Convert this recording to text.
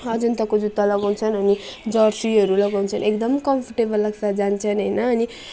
अजन्ताको जुत्ता लगाउँछौँ अनि जर्सीहरू लगाउँछौँ एकदम कम्फोर्टेबल लाग्छ जान्छौँ होइन अनि